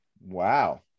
Wow